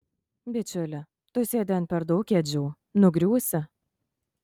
bičiuli tu sėdi ant per daug kėdžių nugriūsi